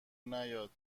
نیاد